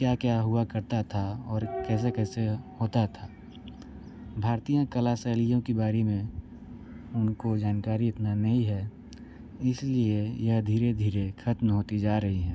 क्या क्या हुआ करता था और कैसे कैसे होता था भारतीय कला शैलियों के बारे में उनको जानकारी इतना नहीं है इसलिये यह धीरे धीरे खत्म होती जा रही है